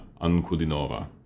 Ankudinova